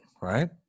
right